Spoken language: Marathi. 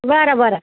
बरं बरं